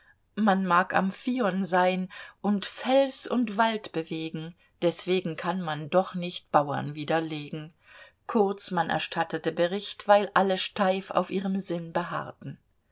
man mag amphion sein und fels und wald bewegen deswegen kann man doch nicht bauern widerlegen kurz man erstattete bericht weil alle steif auf ihrem sinn beharrten